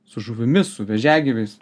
su žuvimis su vėžiagyviais